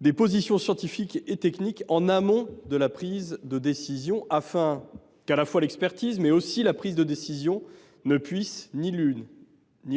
des positions scientifiques et techniques en amont de la prise de décision. En effet, l’expertise et la prise de décision ne